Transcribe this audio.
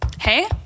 Hey